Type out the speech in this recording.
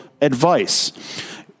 advice